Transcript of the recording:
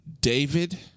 David